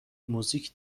موزیک